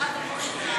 בעד חמד עמאר,